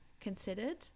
considered